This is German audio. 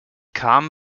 kam